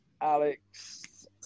Alex